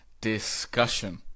discussion